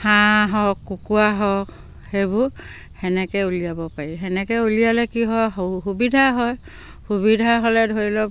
হাঁহ হওক কুকুৰা হওক সেইবোৰ সেনেকৈ উলিয়াব পাৰি সেনেকৈ উলিয়ালে কি হয় সুবিধা হয় সুবিধা হ'লে ধৰি লওক